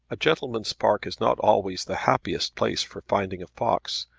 a gentleman's park is not always the happiest place for finding a fox.